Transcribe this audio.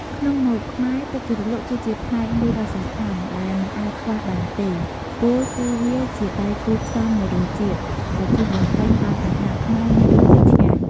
ក្នុងម្ហូបខ្មែរ ទឹកជ្រលក់គឺជាផ្នែកមួយដ៏សំខាន់ ដែលមិនអាចខ្វះបានទេ ពោលគឺវាជាដៃគូរផ្សំនៃរសជាតិ ដែលជួយបំពេញឲ្យអាហារខ្មែរមានរសជាតិឆ្ងាញ់។